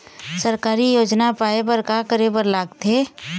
सरकारी योजना पाए बर का करे बर लागथे?